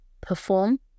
perform